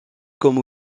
comme